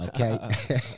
okay